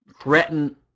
threaten